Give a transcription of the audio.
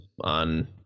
on